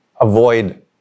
avoid